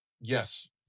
Yes